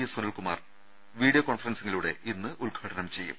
S Sunil Kumar video കോൺഫറൻസിംഗിലൂടെ ഇന്ന് ഉദ്ഘാടനം ചെയ്യും